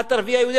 את ערבייה-יהודייה?